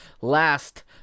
last